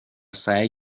سعی